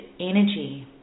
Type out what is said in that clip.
energy